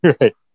Right